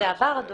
זה עבר.